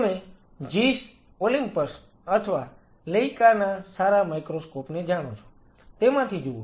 તમે Zeiss Olympus અથવા Leica ના સારા માઇક્રોસ્કોપ ને જાણો છો તેમાંથી જુઓ